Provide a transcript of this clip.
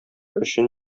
өчен